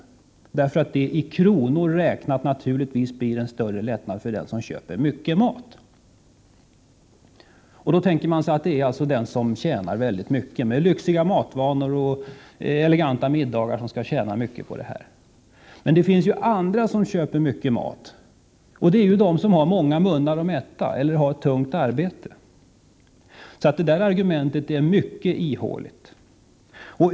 Naturligtvis blir det i kronor räknat en större lättnad för dem som köper mycket mat. Då tänker man sig att det är den som tjänar väldigt mycket, har lyxiga matvanor och anordnar eleganta middagar som skall tjäna mycket på ett slopande av matmomsen. Men det finns ju andra som köper mycket mat, och de är ju de som har många munnar att mätta eller som har ett tungt arbete. Detta argument är alltså mycket ihåligt.